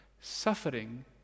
suffering